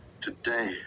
today